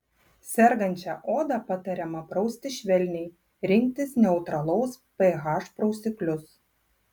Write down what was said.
sergančią odą patariama prausti švelniai rinktis neutralaus ph prausiklius